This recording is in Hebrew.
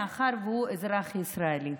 מאחר שהוא אזרח ישראלי.